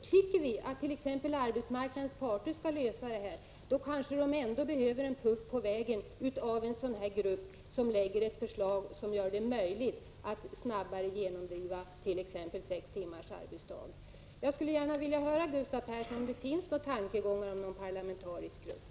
Även om t.ex. arbetsmarknadens parter får i uppdrag att lösa detta, kanske de ändå behöver hjälp ett stycke på vägen av en sådan här grupp, så att man snabbare kan genomdriva t.ex. sex timmars arbetsdag. Jag skulle vilja höra av Gustav Persson om det förekommer några tankar på tillsättande av en parlamentarisk grupp.